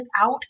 out